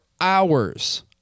hours